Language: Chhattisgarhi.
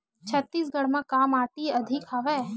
छत्तीसगढ़ म का माटी अधिक हवे?